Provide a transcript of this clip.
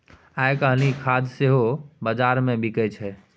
आयकाल्हि खाद सेहो बजारमे बिकय छै